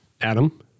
Adam